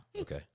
okay